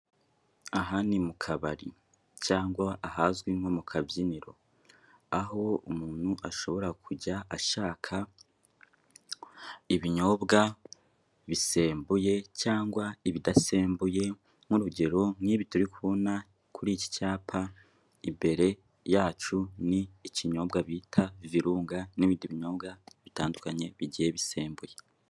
Aha ni mu kabari cyangwa ahazwi nko mu kabyiniro, aho umuntu ashobora kujya ashaka ibinyobwa bisembuye cyangwa ibidasembuye, nk'urugero, nk'ibi turi kubona kuri iki cyapa imbere yacu, ni ikinyobwa bita virunga n'ibindi binyobwa bitandukanye bigiye bisembuye.